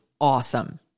awesome